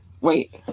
wait